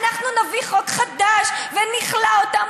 אנחנו נביא חוק חדש ונכלא אותם,